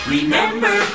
Remember